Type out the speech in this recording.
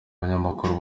banyamakuru